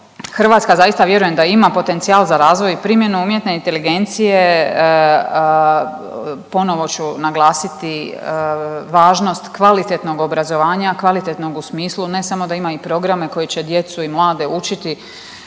Hrvatska zaista vjerujem da ima potencijal za razvoj i primjenu umjetne inteligencije. Ponovo ću naglasiti važnost kvalitetnog obrazovanja, kvalitetnog u smislu ne samo da ima i programe koji će djecu i mlade učiti